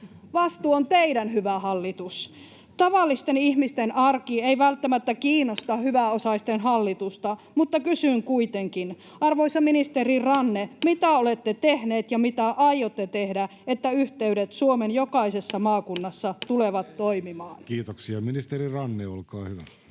Vastuu on teidän, hyvä hallitus. Tavallisten ihmisten arki ei välttämättä kiinnosta hyväosaisten hallitusta, mutta kysyn kuitenkin: arvoisa ministeri Ranne, mitä olette tehneet ja mitä aiotte tehdä, että yhteydet Suomen jokaisessa maakunnassa tulevat toimimaan? Kiitoksia. — Ministeri Ranne, olkaa hyvä.